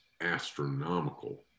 astronomical